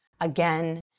again